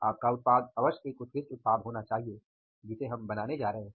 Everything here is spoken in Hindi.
आपका उत्पाद अवश्य एक उत्कृष्ट उत्पाद होना चाहिए जिसे हम बनाने जा रहे हैं